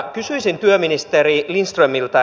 kysyisin työministeri lindströmiltä